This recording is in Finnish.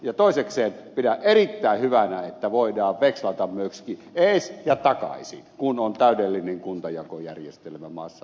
ja toisekseen pidän erittäin hyvänä että voidaan vekslata myöskin ees ja takaisin kun on täydellinen kuntajakojärjestelmä maassa olemassa